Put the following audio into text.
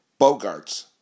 Bogarts